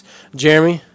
Jeremy